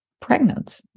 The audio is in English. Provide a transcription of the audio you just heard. pregnant